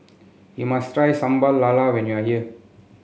you must try Sambal Lala when you are here